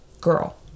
girl